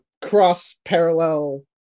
Cross-parallel